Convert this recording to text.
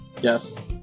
Yes